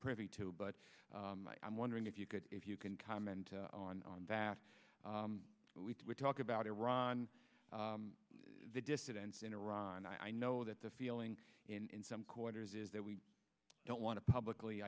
privy to but i'm wondering if you could if you can comment on that but we were talking about iran the dissidents in iran and i know that the feeling in some quarters is that we don't want to publicly